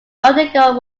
undergo